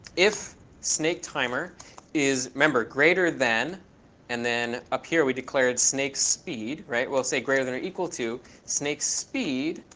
if snaketimer is, remember, greater than and then up here we declared snake speed, right? we'll say greater than or equal to snake speed,